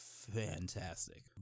Fantastic